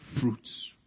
fruits